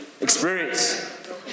experience